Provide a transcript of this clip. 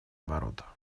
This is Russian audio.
ворота